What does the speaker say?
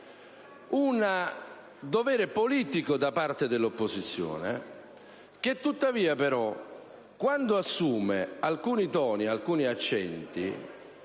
un dovere politico da parte dell'opposizione, che però, quando assume alcuni toni e accenti,